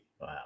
Wow